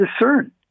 discern